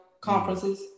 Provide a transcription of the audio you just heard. conferences